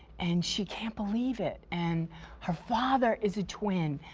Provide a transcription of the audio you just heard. and she can't believe it. and her father is a twin.